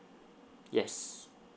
yes